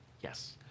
Yes